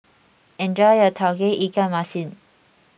enjoy your Tauge Ikan Masin